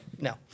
No